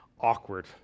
awkward